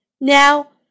Now